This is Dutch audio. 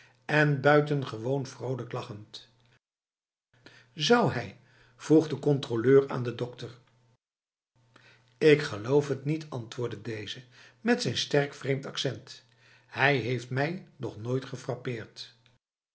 en buitengewoon vrolijk lachend zou hijh vroeg de controleur aan de dokter ik geloof het niet antwoordde deze met zijn sterk vreemd accent het heeft mij nog nooit